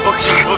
Okay